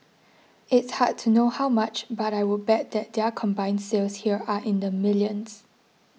it's hard to know how much but I would bet that their combined sales here are in the millions